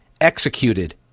executed